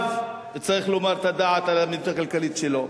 וצריך לומר את הדעה על המדיניות הכלכלית שלו.